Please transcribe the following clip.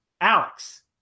Alex